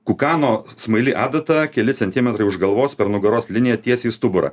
kukano smaili adata keli centimetrai už galvos per nugaros liniją tiesiai į stuburą